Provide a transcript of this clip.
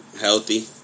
healthy